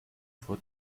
for